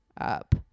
up